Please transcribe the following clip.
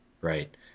right